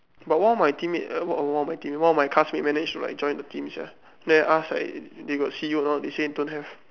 but one of my teammate err one of my teammate one of my classmate managed to like join the team sia then I ask like they got see you or not they say don't have